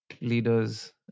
Leaders